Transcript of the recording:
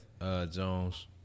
Jones